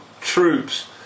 troops